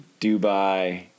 Dubai